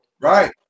Right